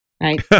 Right